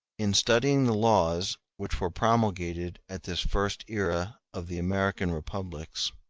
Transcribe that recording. in studying the laws which were promulgated at this first era of the american republics,